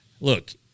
Look